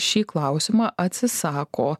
šį klausimą atsisako